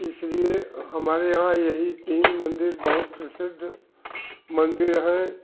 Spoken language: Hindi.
इसलिए हमारे यहाँ यही तीन मंदिर बहुत प्रसिद्द मंदिर हैं